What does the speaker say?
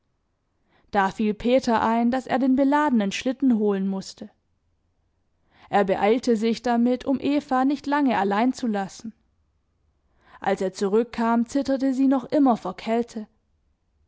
da fiel peter ein daß er den beladenen schlitten holen mußte er beeilte sich damit um eva nicht lange allein zu lassen als er zurückkam zitterte sie noch immer vor kälte